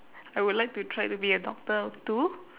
I would like to try to be a doctor too